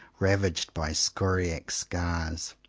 ravaged by scoriae scars.